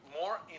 more